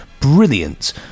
Brilliant